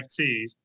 NFTs